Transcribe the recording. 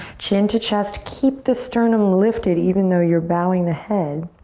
chin to chest keep the sternum lifted, even though you're bowing the head.